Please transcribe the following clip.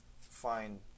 find